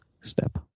step